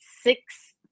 six